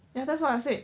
ya that's what I said